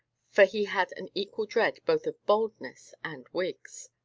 for he had an equal dread both of baldness and wigs.